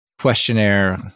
questionnaire